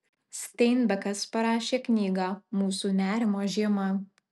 steinbekas parašė knygą mūsų nerimo žiema